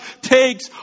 takes